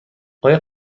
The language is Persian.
آیا